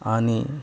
आणि